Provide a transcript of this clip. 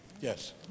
Yes